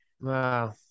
Wow